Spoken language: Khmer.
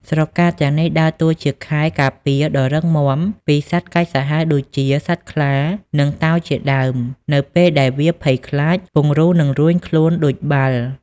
ស្រកាទាំងនេះដើរតួជាខែលការពារដ៏រឹងមាំពីសត្វកាចសាហាវដូចជាសត្វខ្លា និងតោជាដើម នៅពេលដែលវាភ័យខ្លាច ពង្រូលនឹងរួញខ្លួនដូចបាល់។